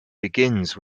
begins